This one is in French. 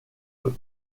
les